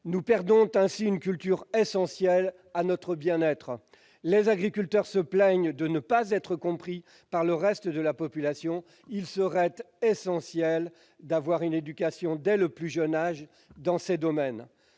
Nous perdons ainsi une culture essentielle à notre bien-être ! Les agriculteurs se plaignent de ne pas être compris par le reste de la population. Il serait crucial d'avoir une éducation dès le plus jeune âge dans ces domaines.